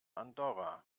andorra